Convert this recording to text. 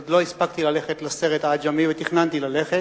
עוד לא הספקתי ללכת לסרט "עג'מי"; ותכננתי ללכת,